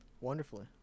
Wonderfully